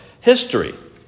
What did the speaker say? history